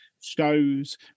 shows